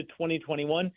2021